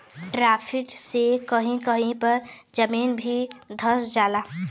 drafting से कही कही पे जमीन भी धंस जाला